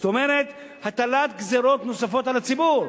זאת אומרת, הטלת גזירות נוספות על הציבור.